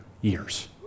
years